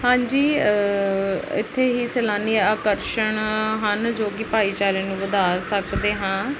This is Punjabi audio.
ਹਾਂਜੀ ਇੱਥੇ ਹੀ ਸੈਲਾਨੀ ਅਕਰਸ਼ਣ ਹਨ ਜੋ ਕਿ ਭਾਈਚਾਰੇ ਨੂੰ ਵਧਾ ਸਕਦੇ ਹਾਂ